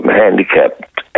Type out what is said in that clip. handicapped